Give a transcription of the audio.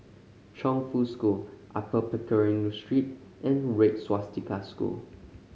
Chongfu School Upper Pickering Street and Red Swastika School